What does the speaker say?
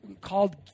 called